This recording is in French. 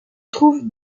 trouve